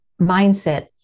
mindset